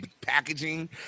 packaging